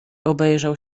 obejrzał